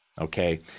okay